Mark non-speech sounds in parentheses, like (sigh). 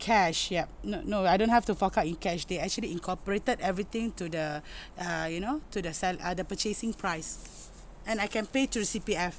cash yup no no I don't have to fork out in cash they actually incorporated everything to the (breath) uh you know to the sell uh the purchasing price and I can pay through C_P_F